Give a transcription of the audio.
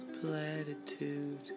platitude